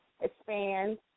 expand